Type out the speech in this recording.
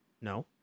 No